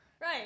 Right